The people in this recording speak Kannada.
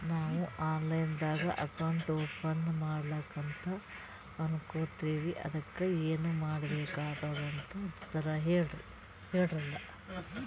ನಾವು ಆನ್ ಲೈನ್ ದಾಗ ಅಕೌಂಟ್ ಓಪನ ಮಾಡ್ಲಕಂತ ಅನ್ಕೋಲತ್ತೀವ್ರಿ ಅದಕ್ಕ ಏನ ಮಾಡಬಕಾತದಂತ ಜರ ಹೇಳ್ರಲ?